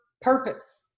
purpose